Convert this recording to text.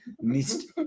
missed